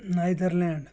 Netherlands